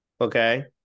Okay